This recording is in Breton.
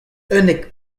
unnek